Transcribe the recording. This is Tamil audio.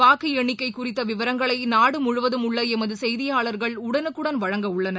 வாக்கு எண்ணிக்கை குறித்த விவரங்களை நாடு முழுவதும் உள்ள எமது செய்தியாளர்கள் உடனுக்குடன் வழங்க உள்ளனர்